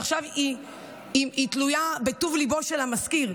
עכשיו היא תלויה בטוב ליבו של המשכיר,